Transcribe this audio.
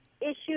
issues